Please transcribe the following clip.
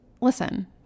listen